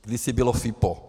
Kdysi bylo FIPO.